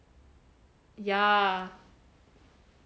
yeah